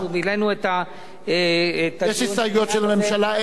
יש הסתייגויות של הממשלה?